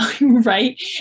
Right